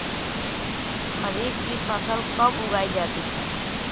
खरीफ की फसल कब उगाई जाती है?